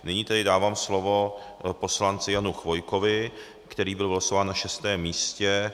Nyní tedy dávám slovo poslanci Janu Chvojkovi, který byl vylosován na šestém místě.